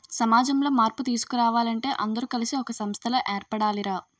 సమాజంలో మార్పు తీసుకురావాలంటే అందరూ కలిసి ఒక సంస్థలా ఏర్పడాలి రా